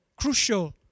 crucial